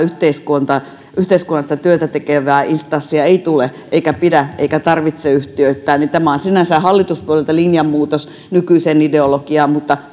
yhteiskunnallista työtä tekevää instanssia ei tule eikä pidä eikä tarvitse yhtiöittää tämä on sinänsä hallituspuolueilta linjanmuutos nykyiseen ideologiaan mutta